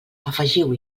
afegiu